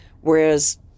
whereas